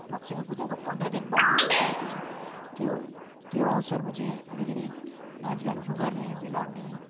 लक्ष्मी पूजाको पन्ध्र दिन बादमा हुन्छ है त्यो चाहिँ त्यो अवसरमा चाहिँ अलिकति नाचगानहरू गर्ने भेला हुने